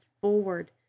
forward